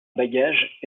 bagages